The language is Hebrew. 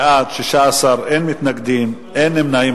בעד, 16, אין מתנגדים, אין נמנעים.